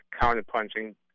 counter-punching